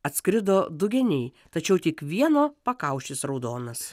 atskrido du geniai tačiau tik vieno pakaušis raudonas